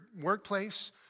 workplace